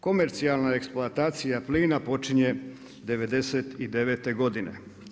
Komercijalna eksploatacija plina počinje '99. godine.